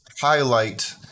highlight